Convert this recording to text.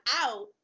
out